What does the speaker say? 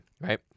right